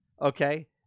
okay